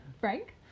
Frank